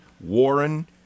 Warren